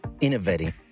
innovating